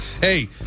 hey